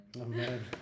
Amen